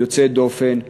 יוצאת דופן,